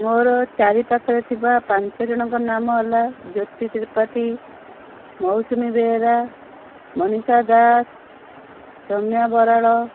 ମୋର ଚାରି ପାଖରେ ଥିବା ପାଞ୍ଚ ଜଣଙ୍କ ନାମ ହେଲା ଜ୍ୟୋତି ତ୍ରିପାଠୀ ମୌସୁମୀ ବେହେରା ମନୀଷା ଦାଶ ସୋମ୍ୟା ବରାଳ